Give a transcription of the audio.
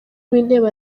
w’intebe